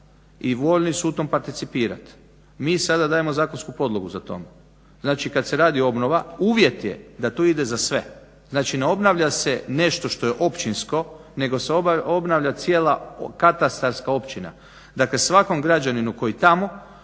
i voljni su u tom participirat. Mi sada dajemo zakonsku podlogu za to. Znači, kad se radi obnova uvjet je da tu ide za sve. Znači, ne obnavlja se nešto što je općinsko, nego se obnavlja cijela katastarska općina. Dakle, svakom građaninu koji tamo